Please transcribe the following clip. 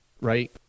right